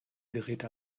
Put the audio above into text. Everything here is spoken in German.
geräte